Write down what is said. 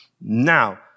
Now